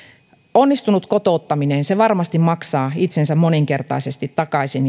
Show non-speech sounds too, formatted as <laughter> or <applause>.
onnistunut kotouttaminen varmasti maksaa itsensä moninkertaisesti takaisin <unintelligible>